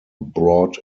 brought